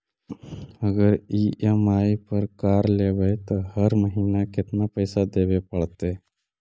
अगर ई.एम.आई पर कार लेबै त हर महिना केतना पैसा देबे पड़तै?